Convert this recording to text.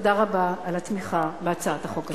תודה רבה על התמיכה בהצעת החוק הזאת.